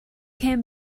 came